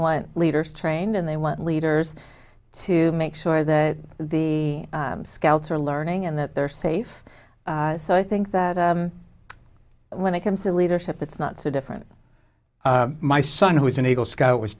want leaders trained and they want leaders to make sure that the scouts are learning and that they're safe so i think that when it comes to leadership it's not so different my son who is an eagle scout was